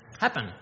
happen